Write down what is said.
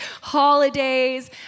holidays